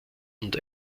und